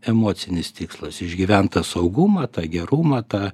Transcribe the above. emocinis tikslas išgyvent tą saugumą tą gerumą tą